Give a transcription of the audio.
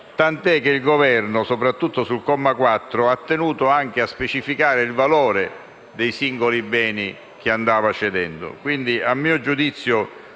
è vero che il Governo, soprattutto sul comma 4, ha tenuto anche a specificare il valore dei singoli beni che andava cedendo. Quindi, a mio giudizio,